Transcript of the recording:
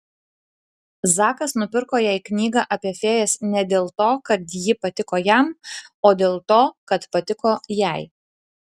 zakas nupirko jai knygą apie fėjas ne dėl to kad ji patiko jam o dėl to kad patiko jai